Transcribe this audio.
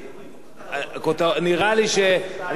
נראה לי שאנחנו כולנו מגנים את האלימות,